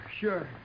sure